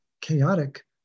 chaotic